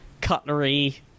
cutlery